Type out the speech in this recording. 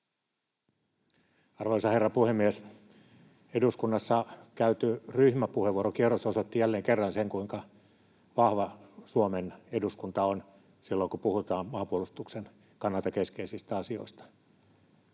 Arvoisa herra puhemies! Eduskunnassa käyty ryhmäpuheenvuorokierros osoitti jälleen kerran sen, kuinka vahva Suomen eduskunta on silloin, kun puhutaan maanpuolustuksen kannalta keskeisistä asioista.